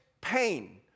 pain